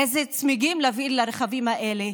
איזה צמיגים להביא לרכבים האלה?